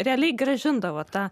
realiai grąžindavo tą